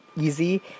easy